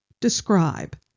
describe